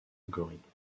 algorithmes